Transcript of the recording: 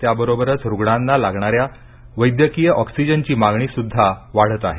त्याबरोबरच रुग्णांना लागणाऱ्या वैद्यकीय ऑक्सिजनची मागणी देखील वाढत आहे